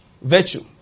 Virtue